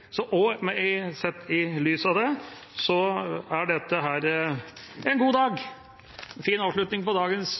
så utrolig viktig – for at vi skal lykkes med å motivere og lykkes med å ha arbeidsplasser som er Norge verdig. Sett i lys av det er dette en god dag, en fin avslutning på dagens